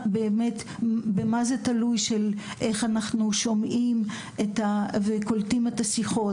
במה זה תלוי איך אנחנו שומעים וקולטים את השיחות.